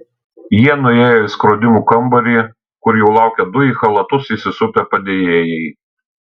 jie nuėjo į skrodimų kambarį kur jau laukė du į chalatus įsisupę padėjėjai